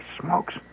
smokes